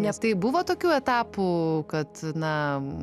nes tai buvo tokių etapų kad na